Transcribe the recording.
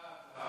השרה,